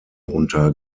unter